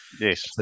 Yes